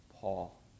Paul